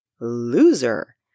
Loser